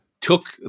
Took